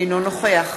אינו נוכח